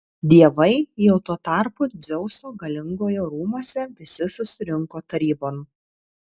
dievai jau tuo tarpu dzeuso galingojo rūmuose visi susirinko tarybon